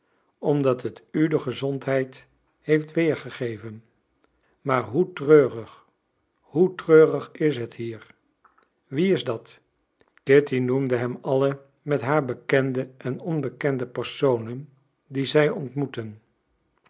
omdat het u de gezondheid heeft weergegeven maar hoe treurig hoe treurig is het hier wie is dat kitty noemde hem alle met haar bekende en onbekende personen die zij ontmoetten